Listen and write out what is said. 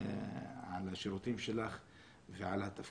אם כבר מוציאים אותו מהאדמה,